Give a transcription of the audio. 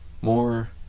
more